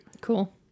Cool